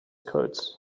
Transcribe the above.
codes